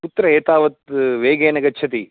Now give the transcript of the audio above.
कुत्र एतावत् वेगेन गच्छति